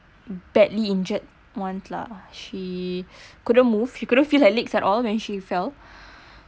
badly injured once lah she couldn't move she couldn't feel her legs at all when she fell